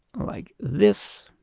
like this.